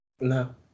No